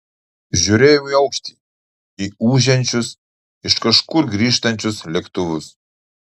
žiūrėjo į aukštį į ūžiančius iš kažkur grįžtančius lėktuvus